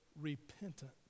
repentant